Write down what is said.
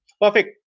Perfect